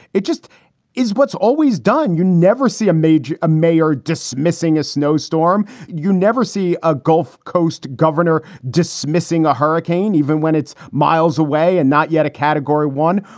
it just is what's always done. you never see a mage, a mayor dismissing a snowstorm. you never see a gulf coast governor dismissing a hurricane, even when it's miles away and not yet a category one.